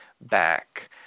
back